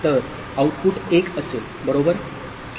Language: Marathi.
तर आउटपुट 1 असेल बरोबर Q असेल